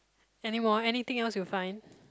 anymore anything else you find